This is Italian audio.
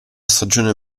stagione